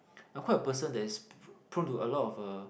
I'm quite a person that is prone to a lot of uh